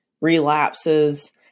relapses